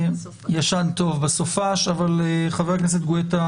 חבר הכנסת לשעבר גואטה,